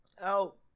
out